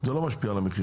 זה לא משפיע על המחיר.